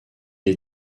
est